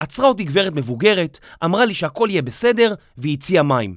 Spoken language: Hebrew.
עצרה אותי גברת מבוגרת, אמרה לי שהכל יהיה בסדר והציעה מים